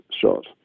shot